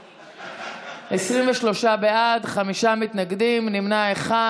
23 בעד, חמישה מתנגדים, נמנע אחד.